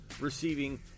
receiving